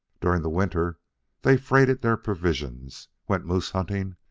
during the winter they freighted their provisions, went moose-hunting,